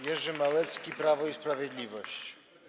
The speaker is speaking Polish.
Jerzy Małecki, Prawo i Sprawiedliwość.